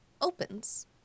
opens